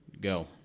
Go